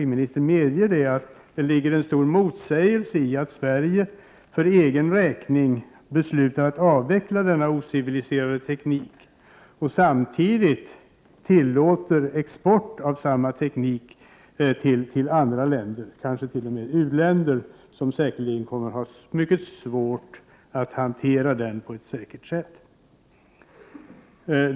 1988/89:92 stor motsägelse i att Sverige för egen räkning beslutar att avveckla denna 7 april 1989 ociviliserade teknik och samtidigt tillåter export av samma teknik till andra länder, kanske t.o.m. u-länder, som säkerligen kommer att ha mycket svårt att hantera den på ett säkert sätt.